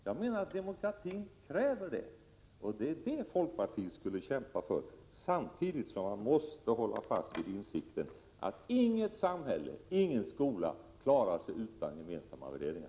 Jag menar att demokratin kräver detta, och det är det folkpartiet skulle kämpa för — samtidigt som man måste hålla fast vid insikten att inget samhälle, ingen skola klarar sig utan gemensamma värderingar.